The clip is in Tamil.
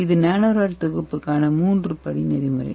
இது நானோ ராட் தொகுப்புக்கான 3 படி நெறிமுறை